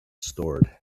stored